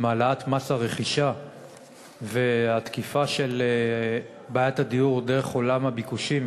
עם העלאת מס הרכישה והתקיפה של בעיית הדיור דרך עולם הביקושים,